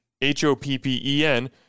H-O-P-P-E-N